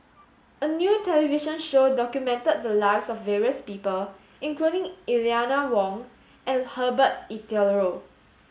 a new television show documented the lives of various people including Eleanor Wong and Herbert Eleuterio